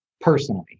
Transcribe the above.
personally